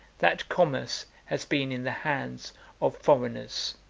that commerce has been in the hands of foreigners.